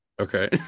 okay